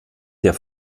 der